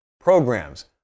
programs